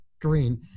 green